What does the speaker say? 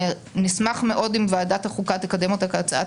נשמח מאוד אם ועדת החוקה תקדם אותה כהצעת